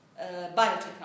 biotechnology